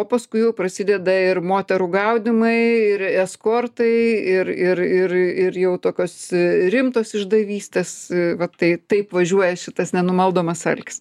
o paskui jau prasideda ir moterų gaudymai ir eskortai ir ir ir ir jau tokios rimtos išdavystės vat tai taip važiuoja šitas nenumaldomas alkis